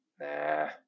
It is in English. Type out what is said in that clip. Nah